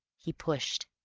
he pushed.